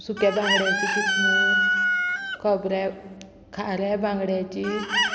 सुक्या बांगड्याची किसमूर खोबऱ्या खाऱ्या बांगड्याची